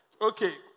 Okay